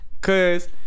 Cause